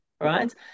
right